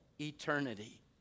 eternity